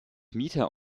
mieter